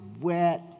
wet